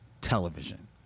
television